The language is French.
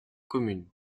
commune